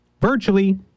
Virtually